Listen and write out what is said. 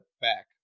back